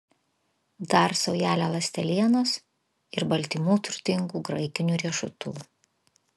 dar saujelę ląstelienos ir baltymų turtingų graikinių riešutų